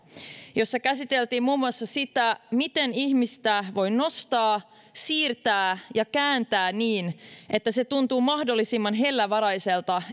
jossa käsiteltiin muun muassa sitä miten ihmistä voi nostaa siirtää ja kääntää niin että se tuntuu mahdollisimman hellävaraiselta